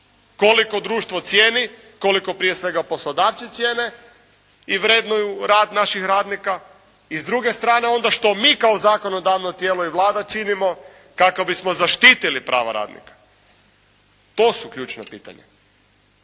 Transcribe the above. Koliko društvo cijeni, koliko prije svega poslodavci cijene i vrednuju rad naših radnika? I s druge strane onda što mi kao zakonodavno tijelo i Vlada činimo kako bismo zaštitili prava radnika, to su ključna pitanja.